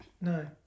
No